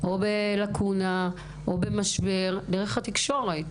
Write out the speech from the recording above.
לקונה או משבר דרך התקשרות.